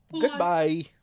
Goodbye